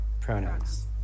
pronouns